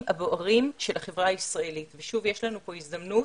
הבוערים של החברה הישראלית ושוב יש לנו כאן הזדמנות,